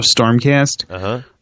Stormcast